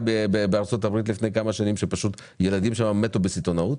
בארצות הברית לפני כמה שנים כאשר ילדים שם מתו בסיטונות?